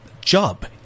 Job